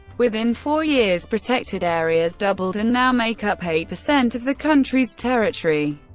within four years protected areas doubled and now make up eight percent of the country's territory.